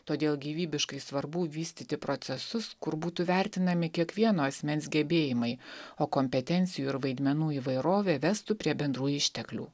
todėl gyvybiškai svarbu vystyti procesus kur būtų vertinami kiekvieno asmens gebėjimai o kompetencijų ir vaidmenų įvairovė vestų prie bendrų išteklių